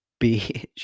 bitch